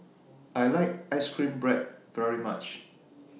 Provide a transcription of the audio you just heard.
I like Ice Cream Bread very much